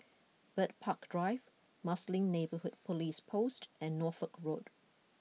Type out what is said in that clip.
Bird Park Drive Marsiling Neighbourhood Police Post and Norfolk Road